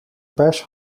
pers